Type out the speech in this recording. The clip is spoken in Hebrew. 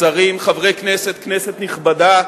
שרים, חברי כנסת, כנסת נכבדה,